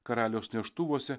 karaliaus neštuvuose